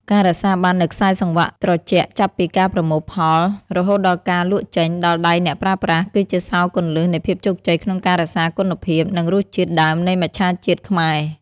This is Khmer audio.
ការរក្សាបាននូវខ្សែសង្វាក់ត្រជាក់ចាប់ពីការប្រមូលផលរហូតដល់ការលក់ចេញដល់ដៃអ្នកប្រើប្រាស់ គឺជាសោរគន្លឹះនៃភាពជោគជ័យក្នុងការរក្សាគុណភាព និងរសជាតិដើមនៃមច្ឆជាតិខ្មែរ។